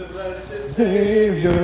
Savior